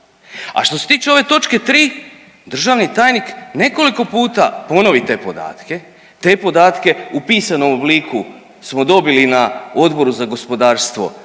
A što se tiče ove točke 3. državni tajnik nekoliko puta ponovi te podatke, te podatke u pisanom obliku smo dobili na Odboru za gospodarstvo,